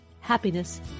Happiness